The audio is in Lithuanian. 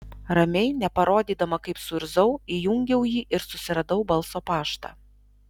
ramiai neparodydama kaip suirzau įjungiau jį ir susiradau balso paštą